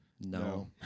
No